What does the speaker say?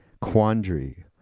quandary